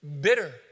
bitter